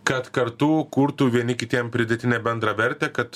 kad kartu kurtų vieni kitiem pridėtinę bendrą vertę kad